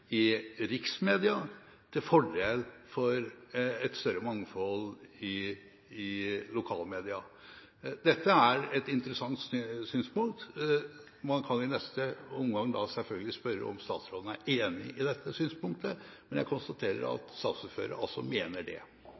i riksmedia til fordel for et større mangfold i lokale media. Dette er et interessant synspunkt. Man kan i neste omgang selvfølgelig spørre om statsråden er enig i dette synspunktet – men jeg konstaterer at saksordføreren altså mener det.